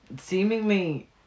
seemingly